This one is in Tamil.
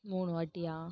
மூணு வாட்டியா